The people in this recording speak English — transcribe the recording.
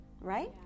right